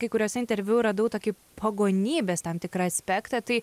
kai kuriuose interviu radau tokį pagonybės tam tikrą aspektą tai